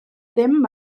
ddim